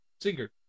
Singer